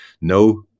No